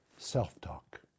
Self-talk